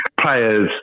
players